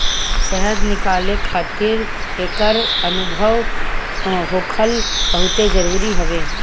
शहद निकाले खातिर एकर अनुभव होखल बहुते जरुरी हवे